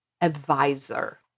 advisor